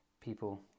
people